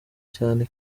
cyane